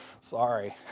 Sorry